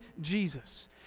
Jesus